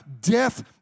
Death